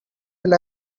will